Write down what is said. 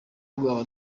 rwaba